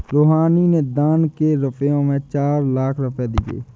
रूहानी ने दान के रूप में चार लाख रुपए दिए